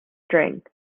string